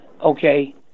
okay